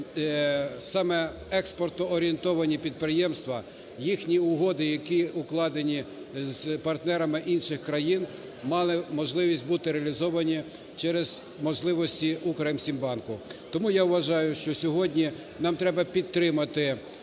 саме експортоорієнтовані підприємства, їхні угоди, які укладені з партнерами інших країн, мали можливість бути реалізовані через можливості "Укрексімбанку". Тому я вважаю, що сьогодні нам треба підтримати